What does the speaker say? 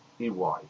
EY